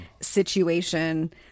situation